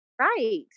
Right